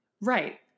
Right